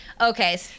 Okay